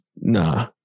nah